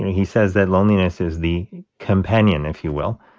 he says that loneliness is the companion, if you will,